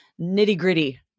nitty-gritty